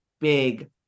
big